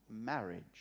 marriage